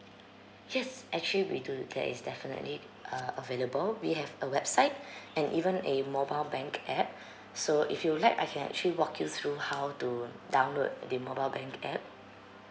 yes actually we do that is definitely uh available we have a website and even a mobile bank app so if you'd like I can actually walk you through how to download the mobile bank app